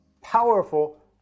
powerful